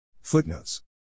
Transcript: Footnotes